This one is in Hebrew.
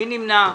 מי נמנע?